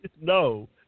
No